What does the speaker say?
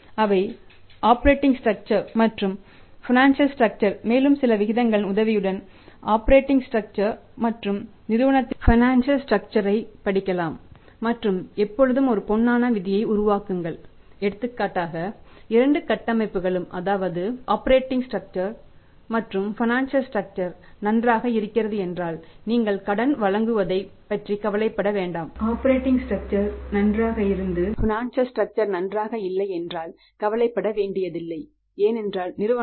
அவை operator structure நன்றாக இருக்கிறது என்றால் நீங்கள் கடன் வழங்குவதைப் பற்றி கவலைப்பட வேண்டாம்